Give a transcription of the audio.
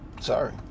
Sorry